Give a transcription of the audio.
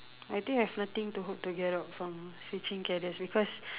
I think you've nothing to hope to get out from switching careers because